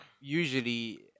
usually